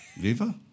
Viva